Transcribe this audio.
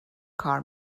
کار